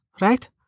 right